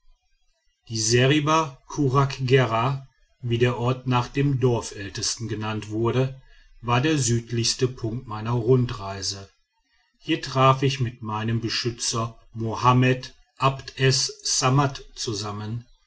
die seriba kuraggera wie der ort nach dem dorfältesten genannt wurde war der südlichste punkt meiner rundreise hier traf ich mit meinem beschützer mohammed abd es ssammat zusammen